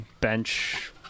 bench